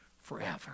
forever